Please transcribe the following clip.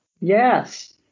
Yes